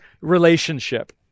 relationship